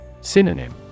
Synonym